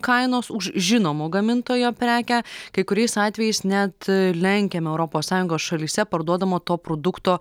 kainos už žinomo gamintojo prekę kai kuriais atvejais net lenkiame europos sąjungos šalyse parduodamo to produkto